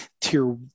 Tier